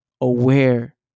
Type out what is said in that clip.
aware